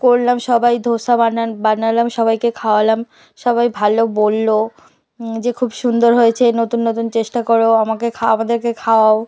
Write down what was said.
করলাম সবাই ধোসা বানান বানালাম সবাইকে খাওয়ালাম সবাই ভালো বলল যে খুব সুন্দর হয়েছে নতুন নতুন চেষ্টা করো আমাকে আমাদেরকে খাওয়াও